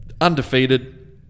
Undefeated